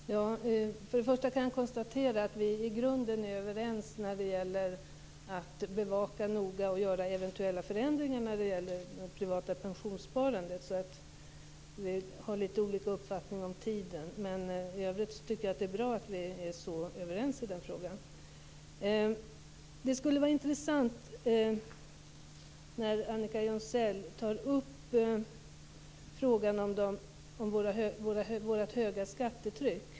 Fru talman! För det första kan jag konstatera att vi i grunden är överens när det gäller att noga bevaka och göra eventuella förändringar i fråga om det privata pensionssparandet. Vi har litet olika uppfattningar om tiden, men i övrigt tycker jag att det är bra att vi är så pass överens i den frågan. Det var intressant att Annika Jonsell tog upp frågan om vårt höga skattetryck.